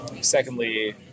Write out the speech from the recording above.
Secondly